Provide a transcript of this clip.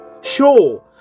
Sure